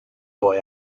boy